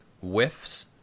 whiffs